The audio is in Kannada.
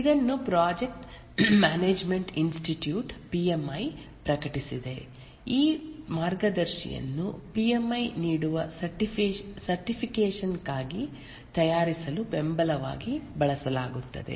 ಇದನ್ನು Project Management Institute P M I ಪ್ರಕಟಿಸಿದೆ ಈ ಮಾರ್ಗದರ್ಶಿಯನ್ನು ಪಿ ಎಂ ಐ ನೀಡುವ ಸರ್ಟಿಫಿಕೇಷನ್ ಕ್ಕಾಗಿ ತಯಾರಿಸಲು ಬೆಂಬಲವಾಗಿ ಬಳಸಲಾಗುತ್ತದೆ